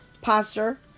posture